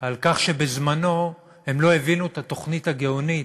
על כך שבזמנו הם לא הבינו את התוכנית הגאונית